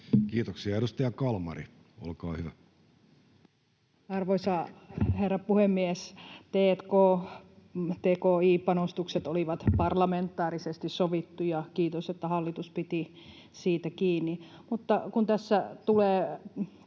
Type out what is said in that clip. Time: 13:18 Content: Arvoisa herra puhemies! Tki-panostukset olivat parlamentaarisesti sovittuja. Kiitos, että hallitus piti niistä kiinni.